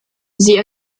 sie